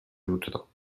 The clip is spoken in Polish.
jutro